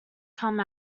come